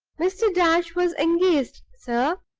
mr. darch was engaged, sir.